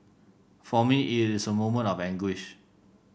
for me it is a moment of anguish